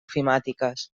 ofimàtiques